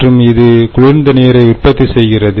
மற்றும் இது குளிர்ந்த நீரை உற்பத்தி செய்கிறது